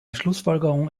schlussfolgerung